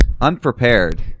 Unprepared